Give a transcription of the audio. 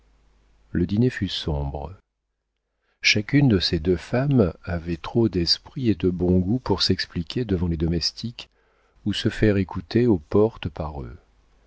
le dîner fut sombre chacune de ces deux femmes avait trop d'esprit et de bon goût pour s'expliquer devant les domestiques ou se faire écouter aux portes par eux